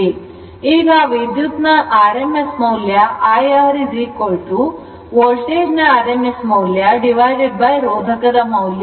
ಈಗ ವಿದ್ಯುತ್ತಿನ rms ಮೌಲ್ಯ IR ವೋಲ್ಟೇಜ್ ನ rms ಮೌಲ್ಯ ರೋಧಕದ ಮೌಲ್ಯ